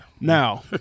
Now